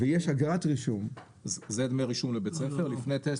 זה דמי רישום לפני טסט,